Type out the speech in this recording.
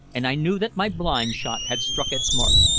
and i knew that my blind shot had struck its mark.